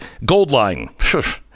Goldline